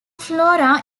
flora